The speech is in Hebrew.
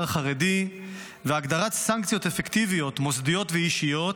החרדי והגדרת סנקציות אפקטיביות מוסדיות ואישיות,